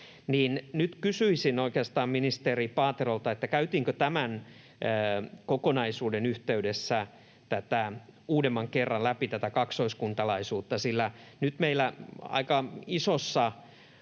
Nyt kysyisin oikeastaan ministeri Paaterolta, käytiinkö tämän kokonaisuuden yhteydessä tätä uudemman kerran läpi, tätä kaksoiskuntalaisuutta, sillä nyt meillä aika isossa